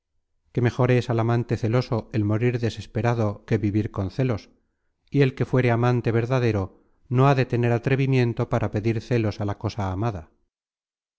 que mejor es al amante celoso el morir desesperado que vivir con celos y el que fuere amante verdadero no ha de tener atrevimiento para pedir celos a la cosa amada